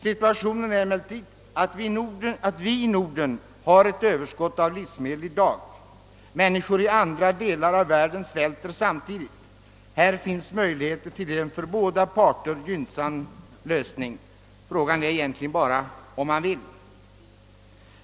Situationen är emellertid den att vi i Norden har ett överskott av livsmedel i dag, samtidigt som människor i andra delar av världen svälter. Här finns möjligheter till en för båda parter gynnsam lösning. Frågan är egentligen bara om man vill.